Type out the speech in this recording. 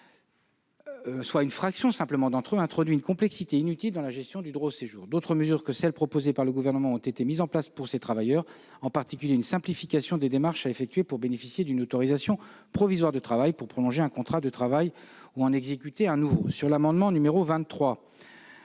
en France au 16 mars -introduit une complexité inutile dans la gestion du droit au séjour. D'autres mesures que celles qui sont proposées par le Gouvernement ont été mises en place pour ces travailleurs, en particulier une simplification des démarches à effectuer pour bénéficier d'une autorisation provisoire de travail pour prolonger un contrat de travail ou en exécuter un nouveau. S'agissant de l'amendement n° 23,